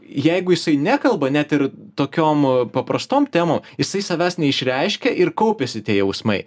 jeigu jisai nekalba net ir tokiom paprastom temom jisai savęs neišreiškia ir kaupiasi tie jausmai